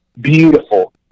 beautiful